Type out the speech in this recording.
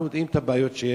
אנחנו יודעים את הבעיות שיש,